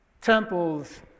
temples